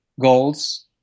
goals